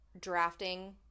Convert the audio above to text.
drafting